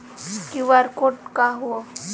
QR code का ह?